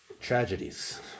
tragedies